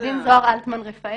עורכת דין זהר אלטמן-רפאל